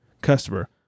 Customer